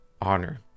honor